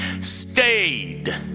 Stayed